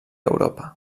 europa